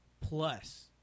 plus